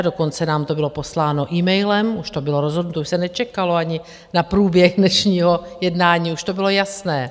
Dokonce nám to bylo posláno emailem, už to bylo rozhodnuto, už se nečekalo ani na průběh dnešního jednání, už to bylo jasné.